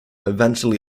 eventually